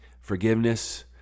Forgiveness